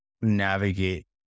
navigate